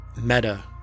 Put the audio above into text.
Meta